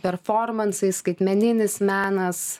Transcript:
performansai skaitmeninis menas